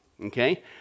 okay